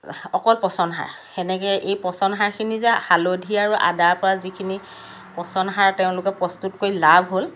অকল পচন সাৰ সেনেকৈয়ে এই পচন সাৰখিনি যে হালধি আৰু আদাৰ পৰা যিখিনি পচন সাৰ তেওঁলোকে প্ৰস্তুত কৰি লাভ হ'ল